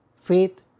faith